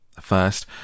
First